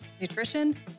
nutrition